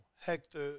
Hector